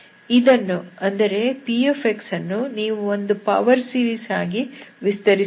ಇದನ್ನು ಅಂದರೆ px ಅನ್ನು ನೀವು ಒಂದು ಪವರ್ ಸೀರೀಸ್ ಆಗಿ ವಿಸ್ತರಿಸಬಹುದು